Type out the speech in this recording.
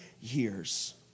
years